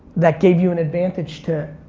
that gave you an advantage to,